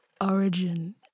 origin